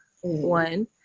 one